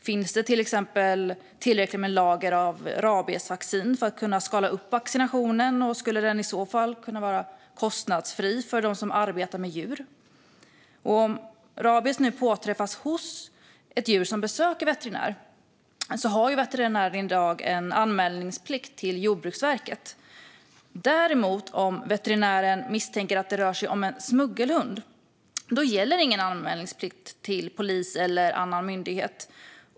Finns det till exempel tillräckligt med lager av rabiesvaccin för att kunna skala upp vaccinationen, och skulle den i så fall kunna vara kostnadsfri för dem som arbetar med djur? Om rabies nu påträffas hos ett djur som besöker veterinär har veterinären anmälningsplikt till Jordbruksverket. Däremot, om veterinären misstänker att det rör sig om en smuggelhund, gäller ingen anmälningsplikt till polis eller annan myndighet.